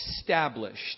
established